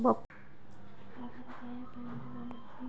బొప్పాయి పండు తింటే కళ్ళు బాగా కనబడతాయట